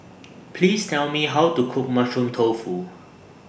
Please Tell Me How to Cook Mushroom Tofu